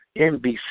NBC